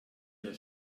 wir